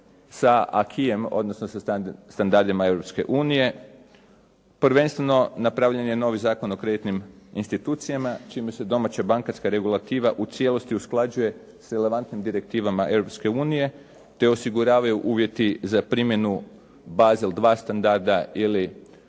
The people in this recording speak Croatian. sa acquisem odnosno sa standardima Europske unije. Prvenstveno napravljen je novi Zakon o kreditnim institucijama čime se domaća bankarska regulativa u cijelosti usklađuje s relevantnim direktivama Europske unije te osiguravaju uvjeti za primjenu baze u dva standarda ili